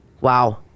Wow